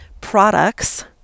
products